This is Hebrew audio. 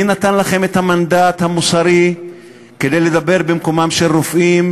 מי נתן לכם את המנדט המוסרי לדבר במקומם של רופאים